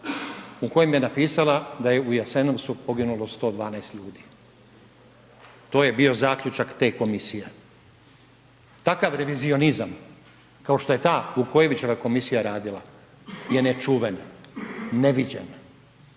u kojem je napisala da je u Jasenovcu poginulo 112 ljudi, to je bio zaključak te komisije. Takav revizionizam kao što je ta Vukojevićeva komisija radila je nečuvan, neviđen,